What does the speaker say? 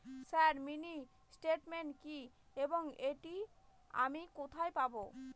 Sir mini statement কি এবং এটি আমি কোথায় পাবো?